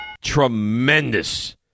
tremendous